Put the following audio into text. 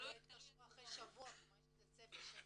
שלא יתקשרו אחרי שבוע, כלומר יש צפי של